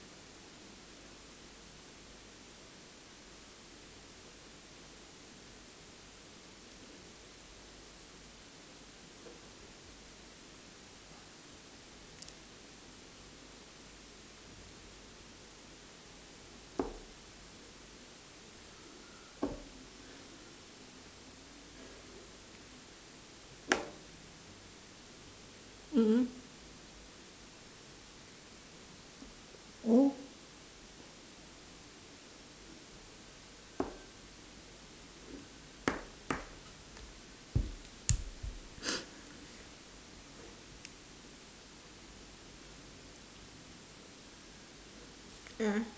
mm mm a'ah